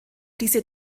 diese